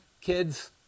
kids